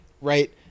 right